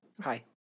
Hi